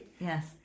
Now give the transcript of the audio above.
Yes